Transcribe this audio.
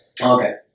Okay